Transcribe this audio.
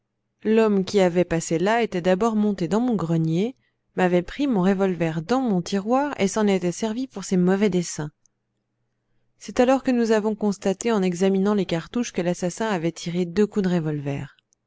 l'homme qui avait passé là était d'abord monté dans mon grenier m'avait pris mon revolver dans mon tiroir et s'en était servi pour ses mauvais desseins c'est alors que nous avons constaté en examinant les cartouches que l'assassin avait tiré deux coups de revolver